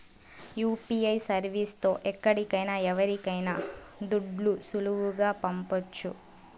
UPI service తో ఎక్కడికైనా ఎవరికైనా దుడ్లు సులువుగా పంపొచ్చు